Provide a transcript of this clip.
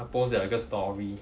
她 post liao 一个 story